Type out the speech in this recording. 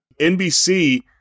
NBC